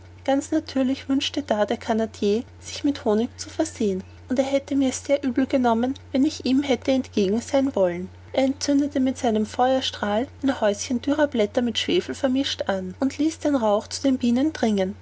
ganz natürlich wünschte da der canadier sich mit honig zu versehen und er hätte mir's sehr übel genommen wenn ich ihm hätte entgegen sein wollen er zündete mit seinem feuerstahl ein häuschen dürrer blätter mit schwefel vermischt an und ließ den rauch zu den bienen